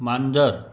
मांजर